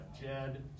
Jed